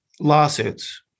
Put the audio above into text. lawsuits